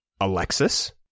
Alexis